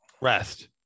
Rest